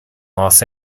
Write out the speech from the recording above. los